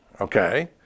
Okay